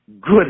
Good